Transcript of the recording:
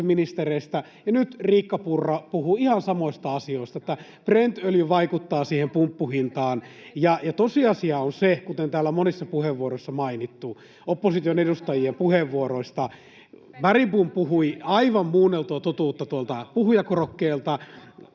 Älkää irrottako kontekstista!] että Brent-öljy vaikuttaa siihen pumppuhintaan. Tosiasia on se, kuten täällä on mainittu monissa opposition edustajien puheenvuoroissa, että Bergbom puhui aivan muunneltua totuutta tuolta puhujakorokkeelta.